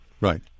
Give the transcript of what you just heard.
Right